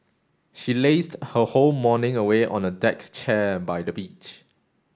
she lazed her whole morning away on a deck chair by the beach